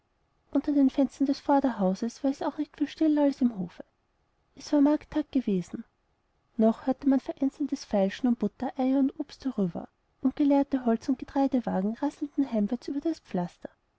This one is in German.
unter den fenstern des vorderhauses war es auch nicht viel stiller als im hofe es war markttag gewesen noch hörte man vereinzeltes feilschen um butter eier und obst herüber und geleerte holz und getreidewagen rasselten heimwärts über das pflaster